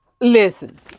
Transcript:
Listen